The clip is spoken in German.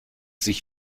sich